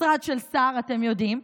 משרד של שר, אתם יודעים.